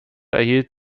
erhielt